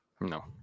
No